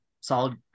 solid